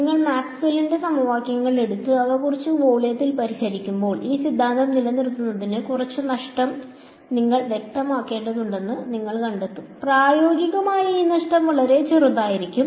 നിങ്ങൾ മാക്സ്വെല്ലിന്റെ സമവാക്യങ്ങൾ എടുത്ത് അവ കുറച്ച് വോളിയത്തിൽ പരിഹരിക്കുമ്പോൾ ഈ സിദ്ധാന്തം നിലനിർത്തുന്നതിന് കുറച്ച് നഷ്ടം നിങ്ങൾ വ്യക്തമാക്കേണ്ടതുണ്ടെന്ന് നിങ്ങൾ കണ്ടെത്തും പ്രായോഗികമായി ഈ നഷ്ടം വളരെ ചെറുതായിരിക്കും